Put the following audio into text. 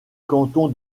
canton